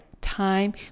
time